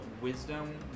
Wisdom